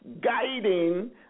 Guiding